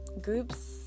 groups